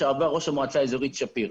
לשעבר ראש המועצה האזורית שפיר.